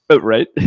Right